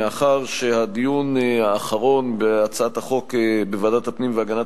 מאחר שהדיון האחרון בהצעת החוק בוועדת הפנים והגנת